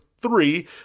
three